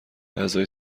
اعضای